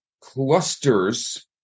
clusters